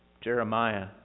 Jeremiah